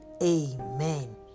Amen